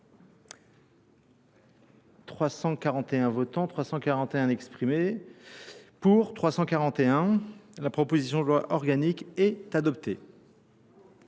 341 votants, 341 exprimés. Pour 341, la proposition de loi organique est adoptée.